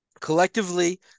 Collectively